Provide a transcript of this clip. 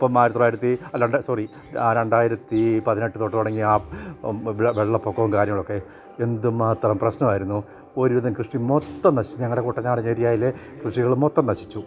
ഇപ്പം ആയിരത്തിത്തൊള്ളായിരത്തി രണ്ട് സോറി രണ്ടായിരത്തി പതിനെട്ട് തൊട്ട് തുടങ്ങിയ ആ വെള്ളപ്പൊക്കവും കാര്യങ്ങളുമൊക്കെ എന്തുമാത്രം പ്രശ്നമായിരുന്നു ഒരുവിധം കൃഷി മൊത്തം നശിച്ചു ഞങ്ങളുടെ കൂട്ടനാടന് ഏരിയയിലെ കൃഷികൾ മൊത്തം നശിച്ചു